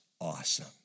awesome